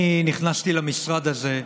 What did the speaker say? אני נכנסתי למשרד הזה,